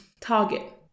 target